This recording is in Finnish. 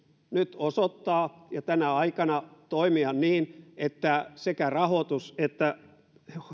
nyt osoittaa ja tänä aikana toimia niin että sekä rahoitus että